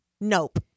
nope